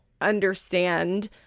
understand